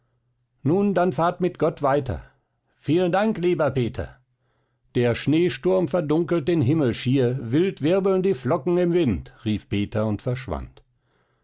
nun dann fahrt mit gott weiter vielen dank lieber peter der schneesturm verdunkelt den himmel schier wild wirbeln die flocken im wind rief peter und verschwand